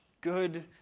good